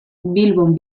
bilbon